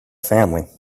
family